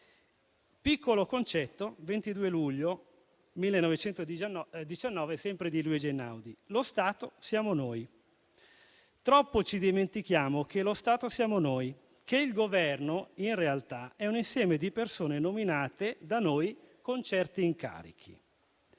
Piccolo concetto del 22 luglio 1919, sempre di Luigi Einaudi: lo Stato siamo noi; troppo spesso ci dimentichiamo che lo Stato siamo noi e che il Governo, in realtà, è un insieme di persone nominate da noi con certi incarichi.